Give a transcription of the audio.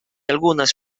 algunes